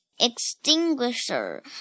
extinguisher